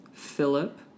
philip